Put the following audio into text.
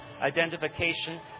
identification